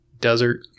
desert